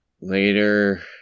later